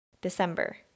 December